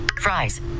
fries